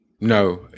No